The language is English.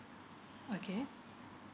okay